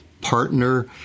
partner